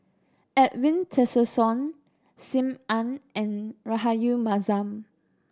Edwin Tessensohn Sim Ann and Rahayu Mahzam